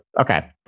Okay